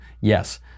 Yes